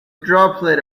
droplet